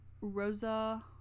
Rosa